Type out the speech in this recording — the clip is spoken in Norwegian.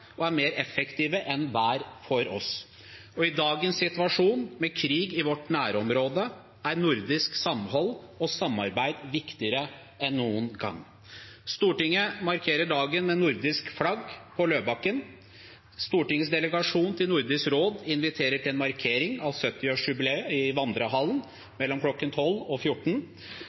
og er mer effektive enn hver for oss. I dagens situasjon, med krig i vårt nærområde, er nordisk samhold og samarbeid viktigere enn noen gang. Stortinget markerer dagen med nordiske flagg på Løvebakken. Stortingets delegasjon til Nordisk råd inviterer til en markering av 70-årsjubileet i Vandrehallen mellom kl. 12 og 14